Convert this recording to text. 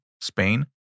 Spain